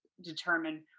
determine